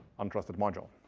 untrusted module.